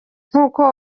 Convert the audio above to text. nk’uko